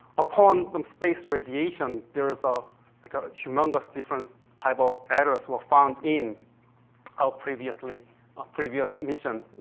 upon the space radiation, there is a, like, but a humongous different type of errors were found in our previous like previous mission,